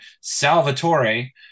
salvatore